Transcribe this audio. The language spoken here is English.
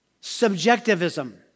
subjectivism